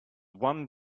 one